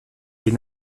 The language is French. les